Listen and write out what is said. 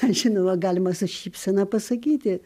žinoma galima su šypsena pasakyti